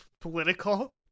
political